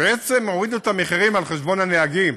בעצם הורידו את המחירים על חשבון הנהגים,